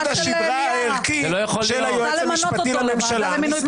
-- מפני עמוד השדרה הערכי של היועץ המשפטי לממשלה?